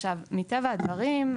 מטבע הדברים,